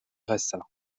rsa